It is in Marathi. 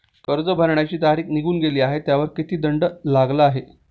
कर्ज भरण्याची तारीख निघून गेली आहे त्यावर किती दंड लागला आहे?